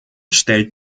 stellt